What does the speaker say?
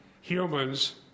humans